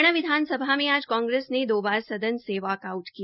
हरियाणा विधानसभा में आज कांग्रेस ने दो बार सदन से वाकआऊट किया